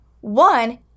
one